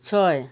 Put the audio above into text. ছয়